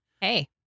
Hey